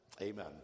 Amen